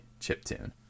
chiptune